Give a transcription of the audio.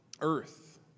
Earth